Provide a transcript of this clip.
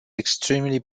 extremely